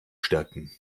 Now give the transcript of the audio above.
stärken